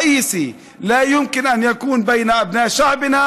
לא יכול להיות שישרור קונפליקט בקרב בני עמנו.